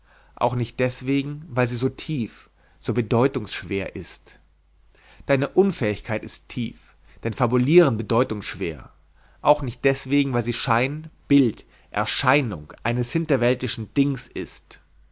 auch nicht deswegen weil sie so tief so bedeutungschwer ist deine unfähigkeit ist tief dein fabulieren bedeutungschwer auch nicht deswegen weil sie schein bild erscheinung eines hinterweltischen dings ist